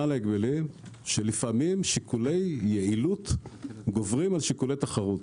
אמר לי שלפעמים שיקולי יעילות גוברים על שיקולי תחרות.